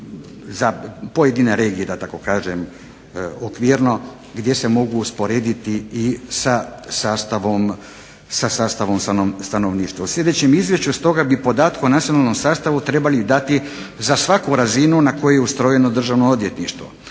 za pojedine regije da tako kažem okvirno gdje se mogu usporediti i sa sastavom stanovništva. U sljedećem izvješću stoga bi podatke o nacionalnom sastavu trebali dati za svaku razinu na kojoj je ustrojeno državno odvjetništvo